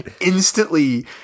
Instantly